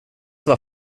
vara